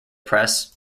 press